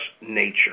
nature